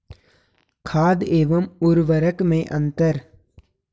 खाद एवं उर्वरक में अंतर?